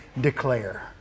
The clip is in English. declare